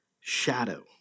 shadow